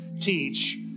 teach